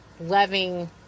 loving